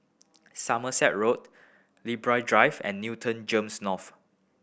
Somerset Road Libra Drive and Newton GEMS North